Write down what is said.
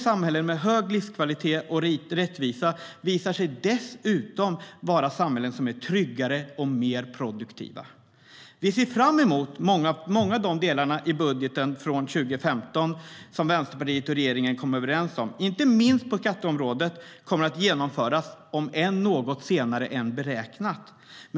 Samhällen med hög livskvalitet och rättvisa visar sig dessutom vara tryggare och mer produktiva. Vi ser fram emot många av de delar i budgeten från 2015 som Vänsterpartiet och regeringen kom överens om. Inte minst på skatteområdet kommer de att genomföras, om än något senare än beräknat.